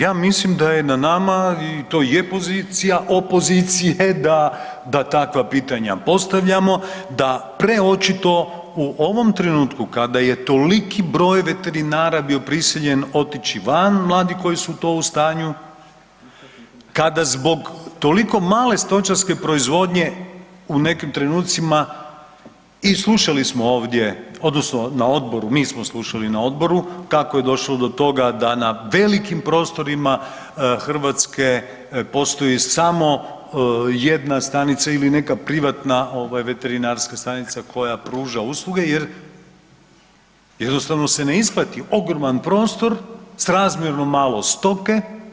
Ja mislim da je na nama i to je pozicija opozicije da takva pitanja postavljamo, da preočito, u ovom trenutku kada je toliki broj veterinara bio prisiljen otići van, mladi koji su to u stanju, kada zbog toliko male stočarske proizvodnje u nekim trenucima, i slušali smo ovdje, odnosno na odboru, mi smo slušali na odboru, kako je došlo do toga da na velikim prostorima Hrvatske postoji samo jedna stanica ili neka privatna veterinarska stanica koja pruža usluge jer jednostavno se ne isplati, ogroman prostor s razmjerno malo stoke.